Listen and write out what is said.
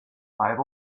have